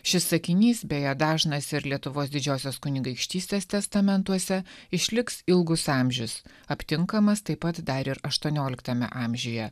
šis sakinys beje dažnas ir lietuvos didžiosios kunigaikštystės testamentuose išliks ilgus amžius aptinkamas taip pat dar ir aštuonioliktame amžiuje